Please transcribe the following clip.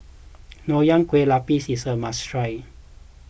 Nonya Kueh Lapis is a must try